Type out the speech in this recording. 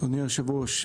אדוני היושב-ראש,